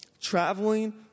traveling